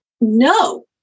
no